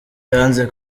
yanze